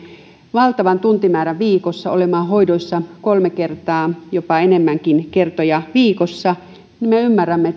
valtavan tuntimäärän viikossa olemaan hoidoissa kolme kertaa jopa sitä useampia kertoja viikossa niin me ymmärrämme